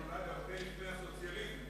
רק שהוא נולד הרבה לפני הסוציאליזם.